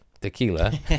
tequila